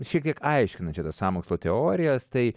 šiek tiek aiškinančią tas sąmokslo teorijas tai